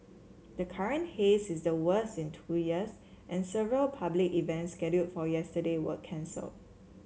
the current haze is the worst in two years and several public events scheduled for yesterday were cancel